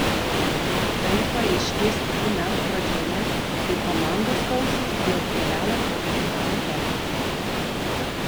tai paaiškės kitų metų pradžioje kai komandos kausis dėl kelialapių į finalo ketvertą